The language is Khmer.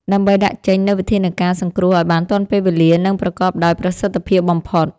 ដើម្បីដាក់ចេញនូវវិធានការសង្គ្រោះឱ្យបានទាន់ពេលវេលា និងប្រកបដោយប្រសិទ្ធភាពបំផុត។